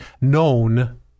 known